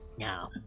No